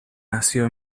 nació